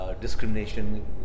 discrimination